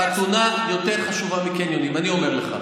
חתונה יותר חשובה מקניונים, אני אומר לך.